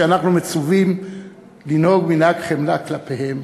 שאנחנו מצווים לנהוג מנהג חמלה כלפיהם,